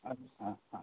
अस्तु ह हा